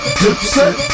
dipset